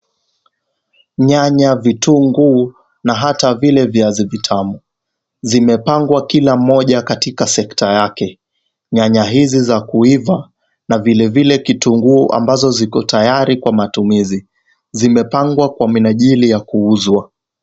Nyanya , vitunguu na hata vile viazi vitamu , zimepangwa kila mmoja katika sekta yake, nyanya hizi za kuiva na vile vile vitunguu ambazo tayari kwa matumizi , zimepangwa kwa minajili ya kuuzwa.